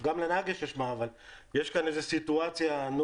גם לנהג יש השפעה, אבל יש כאן סיטואציה נוראית